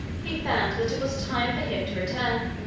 he found that it was time for him to return.